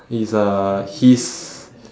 he is uh his